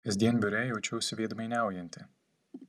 kasdien biure jaučiausi veidmainiaujanti